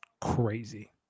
Crazy